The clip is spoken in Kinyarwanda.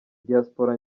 diaspora